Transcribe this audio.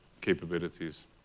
capabilities